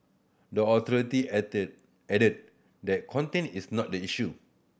the authority added added that content is not the issue